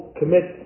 commit